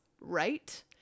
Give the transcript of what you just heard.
right